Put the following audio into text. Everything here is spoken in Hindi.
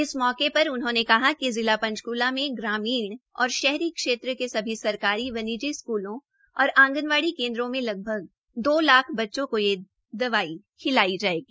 इस मौके पर उन्होंने कहा कि जिला पंचक्ला में ग्रामीण और शहरी क्षेत्र के सभी सरकारी निजी स्कूलों व आंगवाड़ी केन्द्रों में लगभग दो लाख बच्चों को यह दवाई खिलाई जायेगी